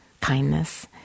kindness